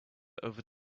over